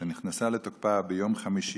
שנכנסה לתוקפה ביום חמישי,